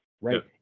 right